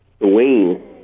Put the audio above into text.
Dwayne